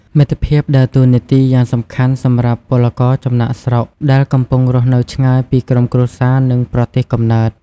មិត្តភាពដើរតួនាទីយ៉ាងសំខាន់សម្រាប់ពលករចំណាកស្រុក ដែលកំពុងរស់នៅឆ្ងាយពីក្រុមគ្រួសារ និងប្រទេសកំណើត ។